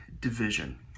division